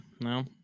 No